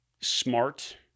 smart